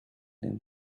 them